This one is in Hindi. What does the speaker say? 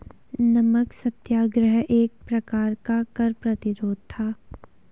नमक सत्याग्रह एक प्रकार का कर प्रतिरोध था